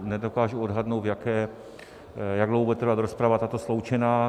Nedokážu odhadnout, jak dlouho bude trvat rozprava, tato sloučená.